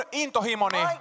intohimoni